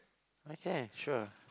okay sure